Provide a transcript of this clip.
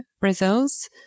results